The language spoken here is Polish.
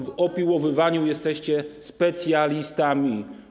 W opiłowywaniu jesteście specjalistami.